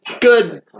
good